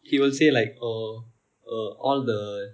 he will say like oh err all the